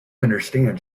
understand